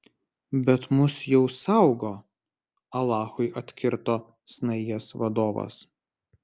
bet mus jau saugo alachui atkirto snaigės vadovas